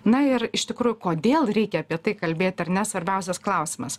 na ir iš tikrųjų kodėl reikia apie tai kalbėt ar ne svarbiausias klausimas